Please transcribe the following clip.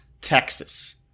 Texas